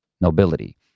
nobility